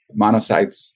monocytes